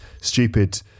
stupid